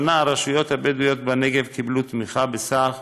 השנה קיבלו הרשויות הבדואיות בנגב תמיכה בסך